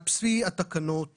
על פי התקנות החדשות,